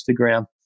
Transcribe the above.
Instagram